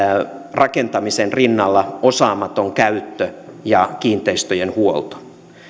rakentamisen rinnalla osaamaton käyttö ja kiinteistöjen huolto